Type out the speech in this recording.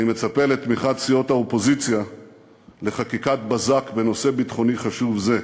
אני מצפה לתמיכת סיעות האופוזיציה בחקיקת בזק בנושא ביטחוני חשוב זה,